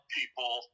people